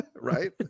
right